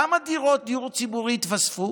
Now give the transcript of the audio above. כמה דירות דיור ציבורי יתווספו